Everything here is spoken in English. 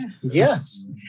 Yes